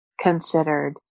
considered